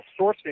sourcing